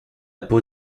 peau